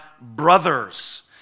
brothers